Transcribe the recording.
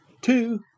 two